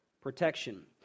protection